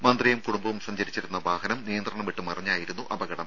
മന്ത്രിയും കുടുംബവും സഞ്ചരിച്ചിരുന്ന വാഹനം നിയന്ത്രണം വിട്ടായിരുന്നു അപകടം